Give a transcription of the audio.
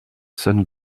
son